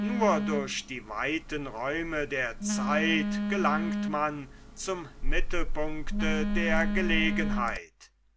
nur durch die weiten räume der zeit gelangt man zum mittelpunkte der gelegenheit